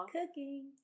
cooking